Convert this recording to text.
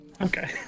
Okay